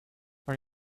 are